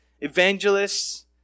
evangelists